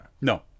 No